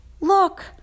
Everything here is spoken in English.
look